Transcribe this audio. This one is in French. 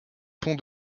pont